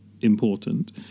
important